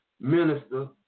minister